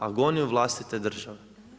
Agoniju vlastite države.